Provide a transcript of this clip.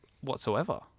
whatsoever